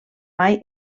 mai